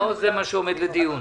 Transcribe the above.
לא זה עומד לדיון.